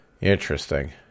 Interesting